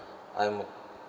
I'm